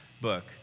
book